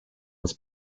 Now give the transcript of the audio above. was